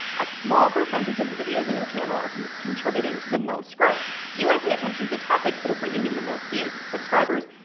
a small percentage of the videos on your channel are contributing to the most growth. so you want to pay attention to the topics that are bringing in the most views, subscribers,